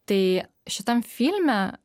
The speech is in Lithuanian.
tai šitam filme